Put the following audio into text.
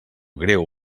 greu